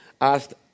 asked